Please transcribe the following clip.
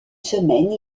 semaines